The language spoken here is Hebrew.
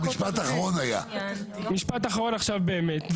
משפט אחרון עכשיו באמת.